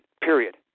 period